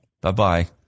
Bye-bye